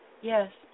Yes